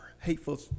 hateful